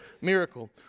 miracle